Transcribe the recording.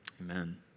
Amen